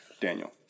Daniel